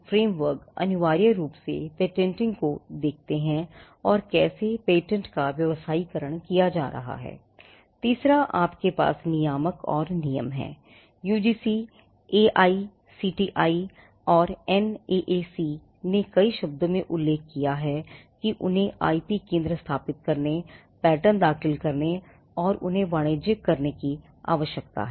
हम एनआईआरएफ ने कई शब्दों में उल्लेख किया है कि उन्हें आईपी केंद्र स्थापित करने पैटर्न दाखिल करने और उन्हें वाणिज्यिक करने की आवश्यकता है